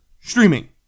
Streaming